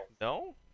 No